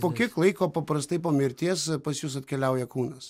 po kiek laiko paprastai po mirties pas jus atkeliauja kūnas